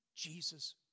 Jesus